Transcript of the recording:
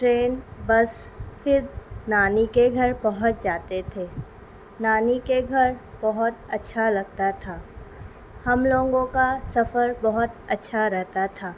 train bus پھر نانی کے گھر پہنچ جاتے تھے نانی کے گھر بہت اچھا لگتا تھا ہم لوگوں کا سفر بہت اچھا رہتا تھا